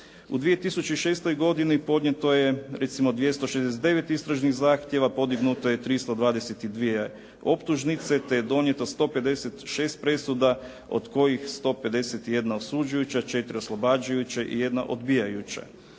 U 2006. godini podnijeto je recimo 269 istražnih zahtjeva, podignuto je 322 optužnice, te donijeto 156 presuda, od kojih 151 osuđijuća, 4 oslobađajuće i jedna odbijajuća.